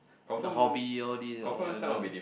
the hobby all these or whatever